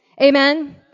Amen